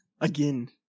Again